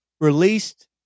released